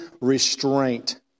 restraint